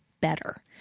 better